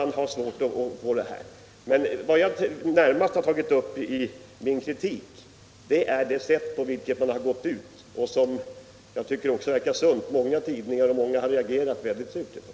Vad jag närmast har tagit upp i min kritik är det sätt på vilket man har gått ut, vilket, som jag tycker verkar sunt, många tidningar och andra har reagerat mycket surt på.